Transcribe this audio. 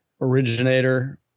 originator